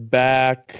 back